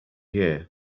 year